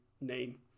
name